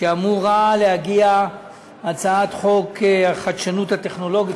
שאמורה להגיע הצעת חוק החדשנות הטכנולוגית,